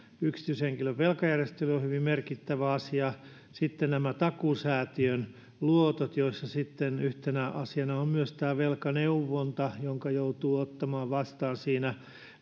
yksityishenkilön velkajärjestely on hyvin merkittävä asia samoin nämä takuusäätiön luotot joissa sitten yhtenä asiana on myös tämä velkaneuvonta jonka joutuu ottamaan vastaan siinä niin